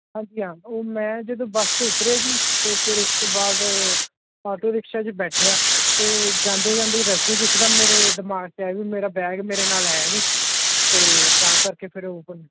ਹਾਂਜੀ ਹਾਂ ਉਹ ਮੈਂ ਜਦੋਂ ਬੱਸ ਤੋਂ ਉਤਰਿਆ ਜੀ ਅਤੇ ਫਿਰ ਉਸ ਤੋਂ ਬਾਅਦ ਆਟੋ ਰਿਕਸ਼ਾ 'ਚ ਬੈਠਿਆ ਤਾਂ ਜਾਂਦੇ ਜਾਂਦੇ ਹੀ ਰਸਤੇ 'ਚ ਇੱਕਦਮ ਮੇਰੇ ਦਿਮਾਗ 'ਚ ਆਇਆ ਵੀ ਮੇਰਾ ਬੈਗ ਮੇਰੇ ਨਾਲ ਹੈ ਨਹੀਂ ਅਤੇ ਤਾਂ ਕਰਕੇ ਫਿਰ ਉਹ